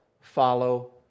follow